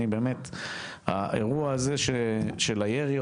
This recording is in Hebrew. באמת האירוע הזה של הירי,